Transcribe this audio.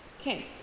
Okay